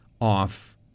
off